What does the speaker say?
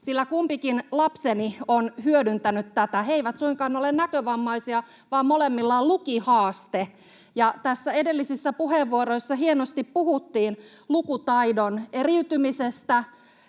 sillä kumpikin lapseni on hyödyntänyt tätä. He eivät suinkaan ole näkövammaisia, vaan molemmilla on lukihaaste. Edellisissä puheenvuoroissa hienosti puhuttiin lukutaidon eriytymisestä